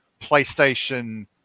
PlayStation